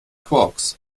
quarks